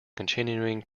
continuing